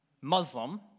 Muslim